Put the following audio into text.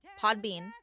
Podbean